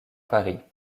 paris